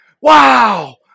Wow